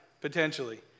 potentially